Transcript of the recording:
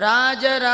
Raja